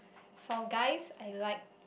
for guys I like